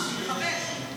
תכבד.